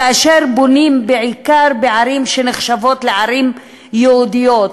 כאשר בונים בעיקר בערים שנחשבות לערים יהודיות,